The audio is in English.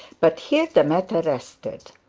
but here the matter rested.